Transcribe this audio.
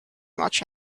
much